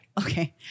okay